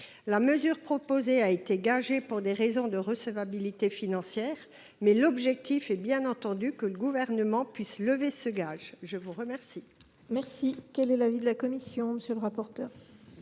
La mesure ainsi proposée a été gagée pour des raisons de recevabilité financière, mais l’objectif est, bien entendu, que le Gouvernement puisse lever ce gage. Quel